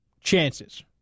chances